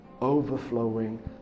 overflowing